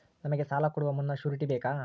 ನಮಗೆ ಸಾಲ ಕೊಡುವ ಮುನ್ನ ಶ್ಯೂರುಟಿ ಬೇಕಾ?